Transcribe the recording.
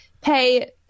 pay